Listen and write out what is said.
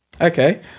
Okay